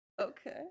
okay